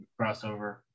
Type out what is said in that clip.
crossover